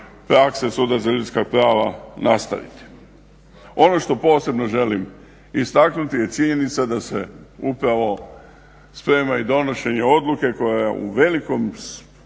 prakse Suda za ljudska prava nastaviti. Ono što posebno želim istaknuti je činjenica da se upravo sprema i donošenje odluke koja u velikoj